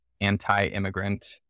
anti-immigrant